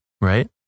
right